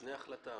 לפני החלטה?